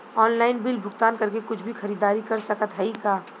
Online bill भुगतान करके कुछ भी खरीदारी कर सकत हई का?